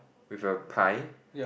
with a pie